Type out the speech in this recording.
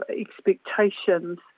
expectations